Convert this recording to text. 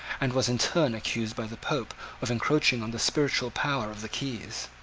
and was in turn accused by the pope of encroaching on the spiritual power of the keys.